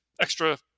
extra